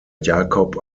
jacob